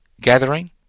gathering